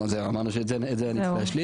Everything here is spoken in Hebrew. לא, זהו, אמרנו שאת זה אני צריך להשלים.